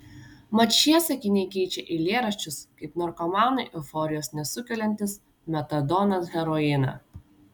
mat šie sakiniai keičia eilėraščius kaip narkomanui euforijos nesukeliantis metadonas heroiną